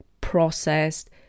processed